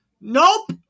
Nope